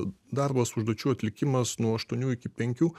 darbas užduočių atlikimas nuo aštuonių iki penkių